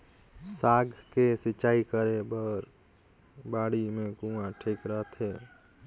साग के सिंचाई करे बर बाड़ी मे कुआँ ठीक रहथे?